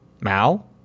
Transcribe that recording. Mal